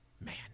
Man